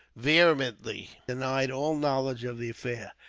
vehemently denied all knowledge of the affair.